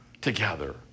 together